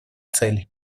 цели